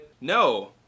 No